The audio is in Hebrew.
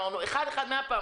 אמרת דברים מהלב,